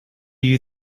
you